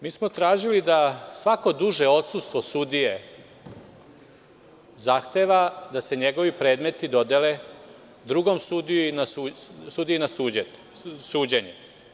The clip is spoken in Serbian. Mi smo tražili da svako duže odsustvo sudije zahteva da se njegovi predmeti dodele drugom sudiji na suđenje.